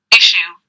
issue